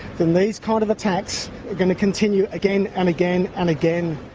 then these kind of attacks are going to continue again and again and again.